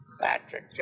Patrick